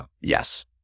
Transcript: Yes